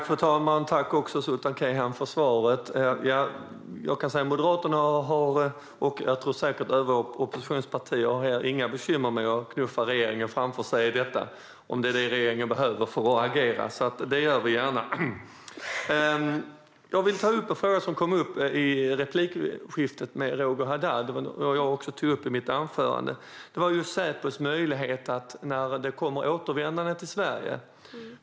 Fru talman! Tack för svaret, Sultan Kayhan! Moderaterna, och det gäller säkert också övriga oppositionspartier, har inga bekymmer med att knuffa regeringen framför sig i detta om det är det regeringen behöver för att agera. Det gör vi gärna. Jag vill ta upp en fråga som kom upp i replikskiftet med Roger Haddad och som jag även tog upp i mitt anförande. Det gäller Säpos möjlighet när det kommer återvändande till Sverige.